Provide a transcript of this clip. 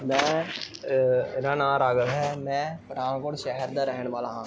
ਮੈਂ ਮੇਰਾ ਨਾਂ ਰਾਗਵ ਹੈ ਮੈਂ ਪਠਾਨਕੋਟ ਸ਼ਹਿਰ ਦਾ ਰਹਿਣ ਵਾਲਾ ਹਾਂ